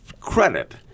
credit